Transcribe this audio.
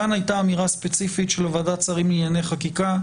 כאן הייתה אמירה ספציפית של ועדת השרים לענייני חקיקה,